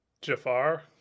Jafar